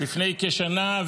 לפני כשנה,